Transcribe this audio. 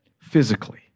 physically